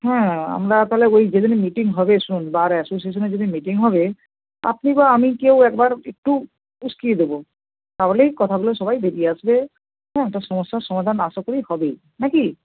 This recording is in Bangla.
হ্যাঁ আমরা তাহলে ওই যেদিন মিটিং হবে শুনুন বার অ্যাসোসিয়েশানের যেদিন মিটিং হবে আপনি বা আমি কেউ একবার একটু উস্কিয়ে দেবো তাহলেই কথাগুলো সবাই বেরিয়ে আসবে হ্যাঁ একটা সমস্যার সমাধান আশা করি হবে না কি